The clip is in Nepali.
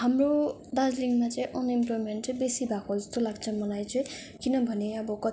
हाम्रो दार्जिलिङमा चाहिँ अनइम्प्लोइमेन्ट चाहिँ बेसी भएको जस्तो लाग्छ मलाई चाहिँ किनभने अब कत्ति